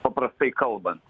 paprastai kalbant